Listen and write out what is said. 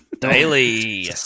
daily